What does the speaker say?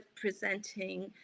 presenting